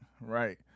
Right